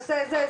עושה כך וכך,